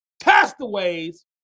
castaways